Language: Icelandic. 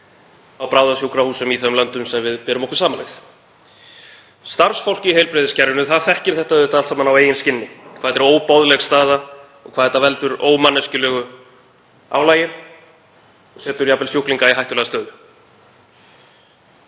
á bráðasjúkrahúsum í þeim löndum sem við berum okkur saman við. Starfsfólk í heilbrigðiskerfinu þekkir þetta allt saman á eigin skinni, hvað þetta er óboðleg staða, hvað þetta veldur ómanneskjulegu álagi og setur jafnvel sjúklinga í hættulega stöðu.